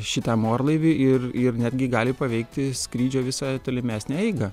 šitam orlaiviui ir ir netgi gali paveikti skrydžio visą tolimesnę eigą